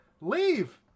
Leave